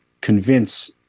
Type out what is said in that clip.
convince